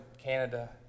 Canada